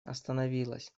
остановилась